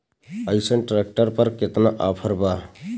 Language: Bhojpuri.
अइसन ट्रैक्टर पर केतना ऑफर बा?